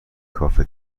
کافه